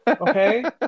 okay